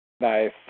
Nice